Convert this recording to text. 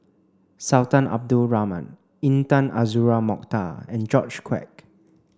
Sultan Abdul Rahman Intan Azura Mokhtar and George Quek